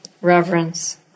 reverence